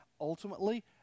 Ultimately